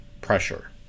pressure